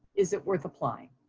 is it worth applying?